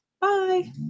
Bye